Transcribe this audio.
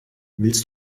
willst